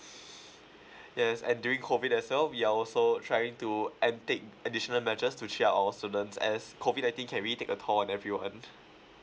yes and during COVID as well we are also trying to and take additional measures to cheer up our students as COVID nineteen can really take a toll on everyone